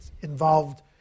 involved